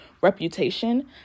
Reputation